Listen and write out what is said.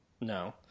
No